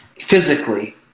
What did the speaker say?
physically